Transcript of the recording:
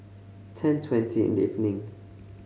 ten twenty in the evening